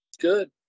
Good